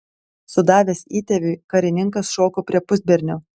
sudavęs įtėviui karininkas šoko prie pusbernio